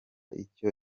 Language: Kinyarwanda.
icyo